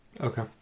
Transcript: Okay